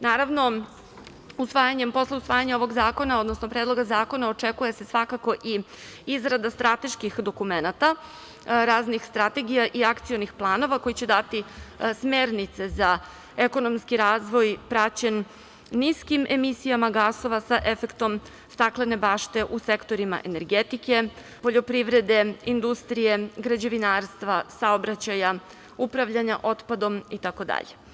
Naravno, usvajanjem, posle usvajanja ovog zakona, odnosno Predloga zakona očekuje se svakako i izrada strateških dokumenata, raznih strategija i akcionih planova koji će dati smernice za ekonomski razvoj praćen niskim emisijama gasova sa efektom staklene bašte u sektorima energetike, poljoprivrede, industrije, građevinarstva, saobraćaja, upravljanja otpadom itd.